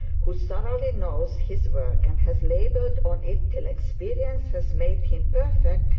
who thoroughly knows his work, and has laboured on it till experience has made him perfect,